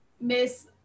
Miss